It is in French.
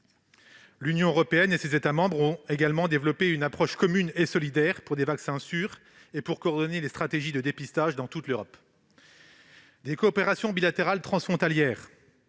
L'Union européenne et ses États membres ont développé une approche commune et solidaire pour des vaccins sûrs et pour coordonner les stratégies de dépistage dans toute l'Europe. Des coopérations bilatérales transfrontalières